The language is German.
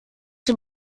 dem